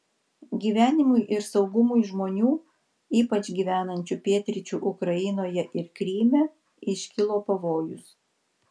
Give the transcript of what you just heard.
gyvenimui ir saugumui žmonių ypač gyvenančių pietryčių ukrainoje ir kryme iškilo pavojus